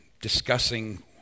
discussing